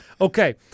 Okay